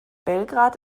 belgrad